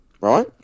right